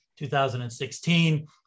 2016